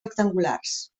rectangulars